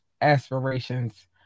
aspirations